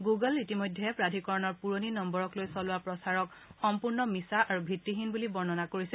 গুগুলে ইতিমধ্যে প্ৰাধিকৰণৰ পূৰণি নম্বৰক লৈ চলোৱা প্ৰচাৰক সম্পূৰ্ণ মিছা আৰু ভিত্তিহীন বুলি বৰ্ণনা কৰিছে